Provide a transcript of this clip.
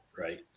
right